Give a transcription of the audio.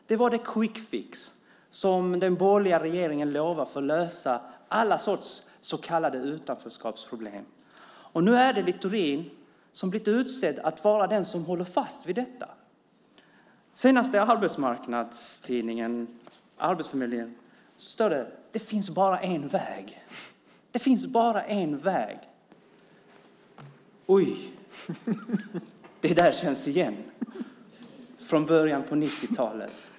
Det var den quick fix som den borgerliga regeringen lovade för att lösa alla sorters så kallade utanförskapsproblem. Nu är det Littorin som har blivit utsedd att vara den som håller fast vid detta. På framsidan av det senaste numret av tidningen Arbetsmarknaden från Arbetsförmedlingen står det: Det finns bara en väg. Oj! Det där känns igen från början av 90-talet.